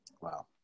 Wow